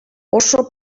oso